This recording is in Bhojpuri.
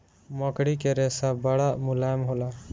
मकड़ी के रेशा बड़ा मुलायम होला